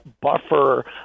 buffer